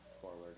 forward